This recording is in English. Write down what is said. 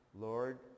Lord